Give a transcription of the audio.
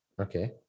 okay